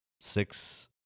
six